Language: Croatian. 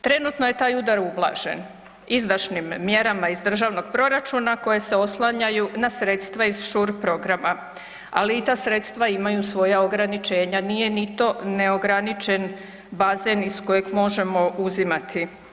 Trenutno je taj udar ublažen izdašnim mjerama iz državnom proračuna koje se oslanjaju na sredstva iz Shore programa, ali i ta sredstva imaju svoja ograničenja, nije ni to neograničen bazen iz kojeg možemo uzimati.